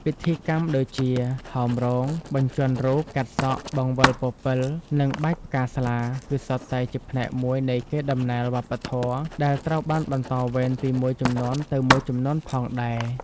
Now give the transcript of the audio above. ពិធីកម្មដូចជា ហោមរោង បញ្ចាន់រូប កាត់សក់ បង្វិលពពិល និងបាចផ្កាស្លា គឺសុទ្ធតែជាផ្នែកមួយនៃកេរដំណែលវប្បធម៌ ដែលត្រូវបានបន្តវេនពីមួយជំនាន់ទៅមួយជំនាន់ផងដែរ ។